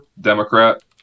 Democrat